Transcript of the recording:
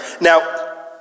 Now